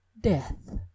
death